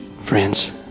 friends